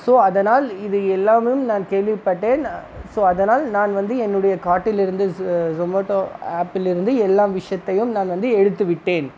so அதனால் இவை எல்லாமும் நான் கேள்விப்பட்டேன் ஸோ அதனால் நான் வந்து என்னுடைய கார்ட்டில் இருந்து ஜொமேட்டோ ஆப்பில் இருந்து எல்லா விஷயத்தையும் நான் வந்து எடுத்து விட்டேன்